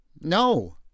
No